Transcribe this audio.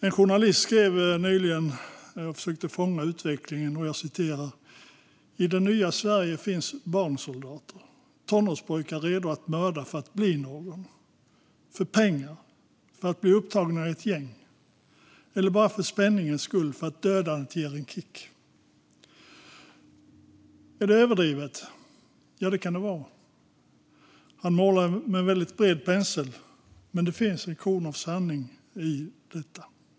En journalist försökte nyligen fånga utvecklingen och skrev: "I det nya Sverige finns barnsoldater. Tonårspojkar redo att mörda för att bli någon, för pengar, för att bli upptagna i ett gäng. Eller bara för spänningens skull, för att dödandet ger dem en kick." Är det överdrivet? Ja, det kan det vara. Han målar med väldigt bred pensel, men det finns ett korn av sanning i detta.